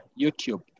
YouTube